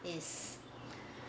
is